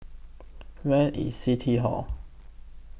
Where IS City Hall